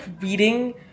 reading